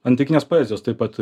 antikinės poezijos taip pat